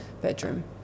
bedroom